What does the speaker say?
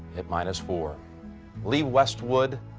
at minus four lee westwood